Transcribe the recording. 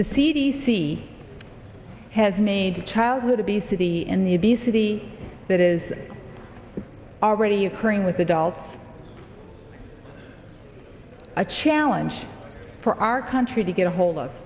the c d c has made childhood obesity in the obesity that is already occurring with adults a challenge for our country to get a hold of